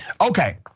Okay